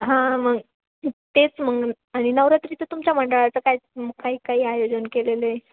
हां मग तेच मग आणि नवरात्रीचं तुमच्या मंडळाचं काय काही काही आयोजन केलेलं आहे